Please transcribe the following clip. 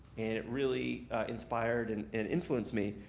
and it really inspired and and influenced me.